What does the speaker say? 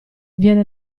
viene